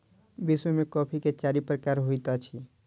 विश्व में कॉफ़ी के चारि प्रकार होइत अछि